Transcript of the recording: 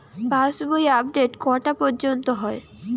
পাশ বই আপডেট কটা পর্যন্ত হয়?